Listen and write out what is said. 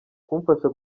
kumfasha